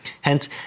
Hence